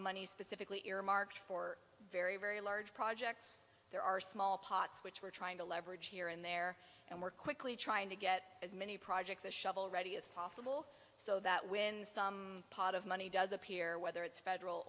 money specifically earmarked for very very large projects there are small pots which we're trying to leverage here and there and we're quickly trying to get as many projects a shovel ready as possible so that when some pot of money does appear whether it's federal